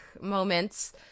Moments